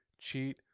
cheat